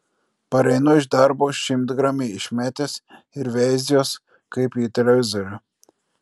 pareinu iš darbo šimtgramį išmetęs ir veiziuos kaip į televizorių